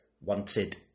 wanted